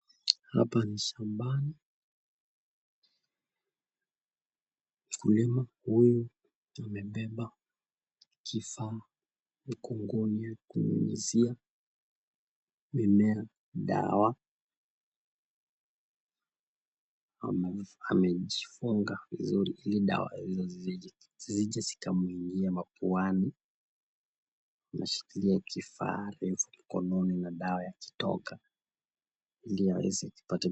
Hapa ni shambani, mkulima huyu amebeba kifaa cha kunyunyizia mimea dawa, amejifunga vizuri, ili sawa hizo zisijize zikamuingia mapuani na ina kifaa refu ili dawa iweze kutoka.